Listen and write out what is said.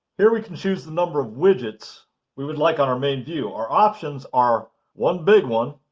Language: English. hhere we can choose the number of widgets we would like on our main view. oour options are one big one,